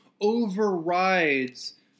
overrides